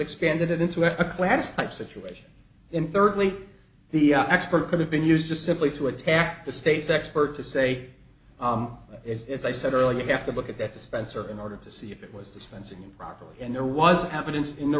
expanded it into a class type situation and thirdly the expert could have been used just simply to attack the state's expert to say as i said earlier you have to look at that spencer in order to see if it was dispensing improperly and there was evidence in the